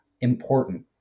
important